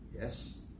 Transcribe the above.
Yes